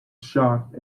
shocked